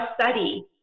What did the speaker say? study